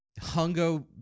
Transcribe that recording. Hongo